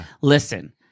listen